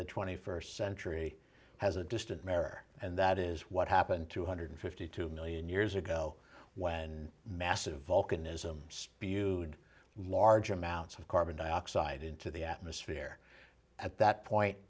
the st century has a distant mare and that is what happened two hundred and fifty two million years ago when massive vulcanism spewed large amounts of carbon dioxide into the atmosphere at that point